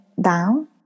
down